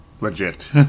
legit